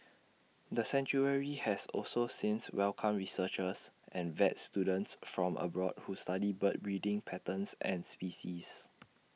the sanctuary has also since welcomed researchers and vet students from abroad who study bird breeding patterns and species